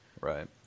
Right